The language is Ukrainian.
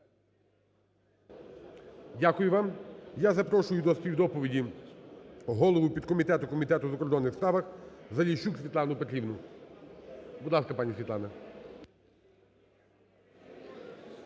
Дякую вам. Я запрошую до співдоповіді голову підкомітету Комітету у закордонних справах Заліщук Світлану Петрівну. Будь ласка, пані Світлана.